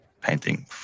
painting